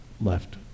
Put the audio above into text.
left